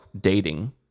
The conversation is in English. dating